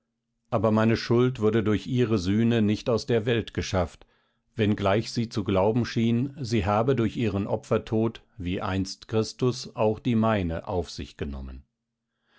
aber meine schuld wurde durch ihre sühne nicht aus der welt geschafft wenngleich sie zu glauben schien sie habe durch ihren opfertod wie einst christus auch die meine auf sich genommen